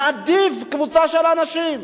מעדיף קבוצה של אנשים.